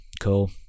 Cool